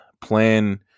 plan